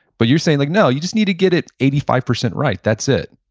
but you're saying like, no, you just need to get it eighty five percent right, that's it.